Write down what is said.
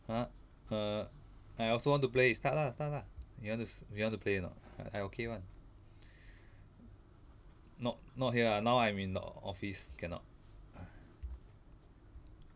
!huh! err I also want to play start lah start lah you want to you want to play or not I okay [one] not not here ah now I'm in the office cannot